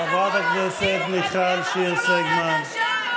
חברת הכנסת מיכל שיר סגמן.